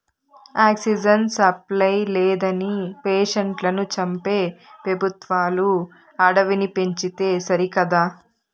oxygen supply లేదని పేషెంట్లను చంపే పెబుత్వాలు అడవిని పెంచితే సరికదా